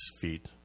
feet